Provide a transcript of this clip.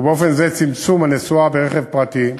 ובאופן זה צמצום הנסיעה ברכב פרטי,